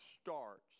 starts